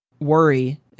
worry